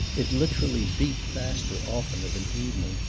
it literally beat faster often, of an evening,